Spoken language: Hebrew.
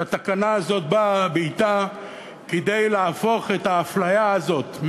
והתקנה הזאת באה בעתה כדי להפוך את האפליה הזאת,